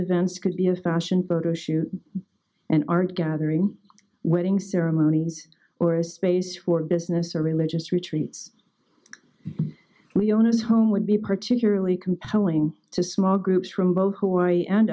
events could be a fashion photo shoot an art gathering wedding ceremonies or a space for business or religious retreats we own his home would be particularly compelling to small groups rimbaud hawaii and